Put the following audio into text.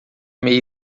meia